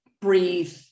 breathe